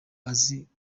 aziko